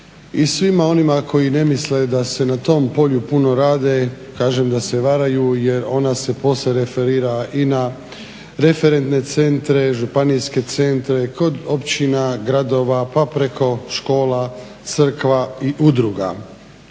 I svima onima koji ne misle da se na tom polju puno radi kažem da se varaju, jer ona se posve referira i na referentne centre, županijske centre, kod općina, gradova pa preko škola, crkava i udruga.